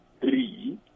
three